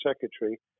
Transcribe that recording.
secretary